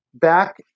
back